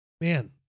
Man